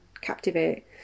Captivate